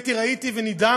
האמת היא, ראיתי ונדהמתי,